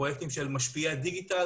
פרויקטים של משפיעי הדיגיטל.